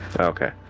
Okay